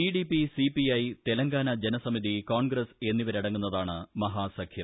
T D P C P I Telangana Janasamithi Congress എന്നിവരടങ്ങുന്നതാണ് മഹാസഖ്യം